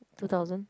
two thousand